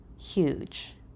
huge